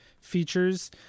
features